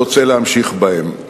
רוצה להמשיך בהם.